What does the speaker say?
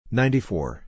ninety-four